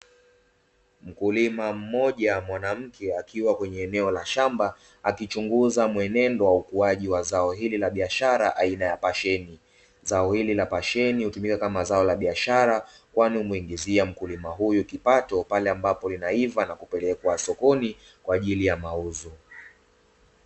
Mkulima mmoja mwanamke akiwa kwenye eneo la shamba akichungiza mwenendo wa ukuaji wa zao hili la biashara aina ya pasheni. Zao hili la pasheni hutumika kama zao la biashara, kwani humuingizia mkulima huyu kipato, pale ambapo linaiva na kupelekwa sokoni kwa ajili ya mauzo.